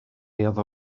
iddo